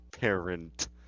Parent